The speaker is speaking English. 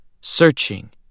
searching